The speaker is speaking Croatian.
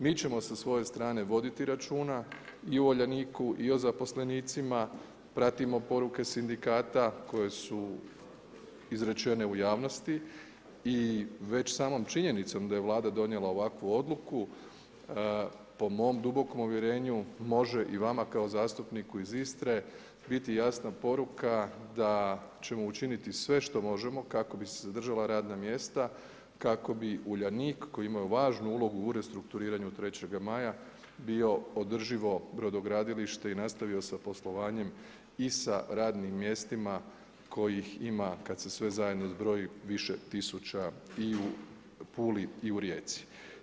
Mi ćemo sa svoje strane voditi računa i o Uljaniku i o zaposlenicima, pratimo poruke sindikata koje su izrečene u javnosti i već samom činjenicom da je Vlada donijela ovakvu odluku po mom dubokom uvjerenju može i vama kao zastupniku iz Istre biti jasna poruka da ćemo učiniti sve što možemo kako bi se zadržala radna mjesta, kako bi Uljanik koji ima važnu ulogu u restrukturiranju Trećega Maja bio održivo brodogradilište i nastavio sa poslovanjem i sa radnim mjestima kojih ima kada se sve zajedno zbroji više tisuća i u Puli i u Rijeci.